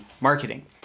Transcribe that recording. marketing